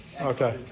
okay